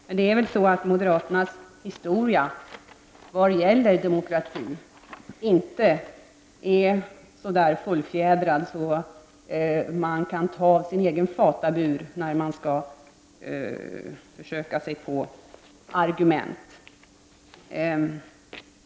Men det är väl så att moderaternas historia när det gäller demokrati inte är så där fullfjädrad att man kan hämta argument ur sin egen fatabur.